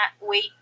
wait